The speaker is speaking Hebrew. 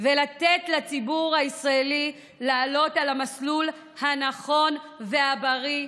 ולתת לציבור הישראלי לעלות על המסלול הנכון והבריא.